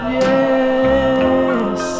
yes